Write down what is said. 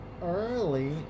early